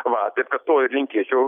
va taip kad to ir linkėčiau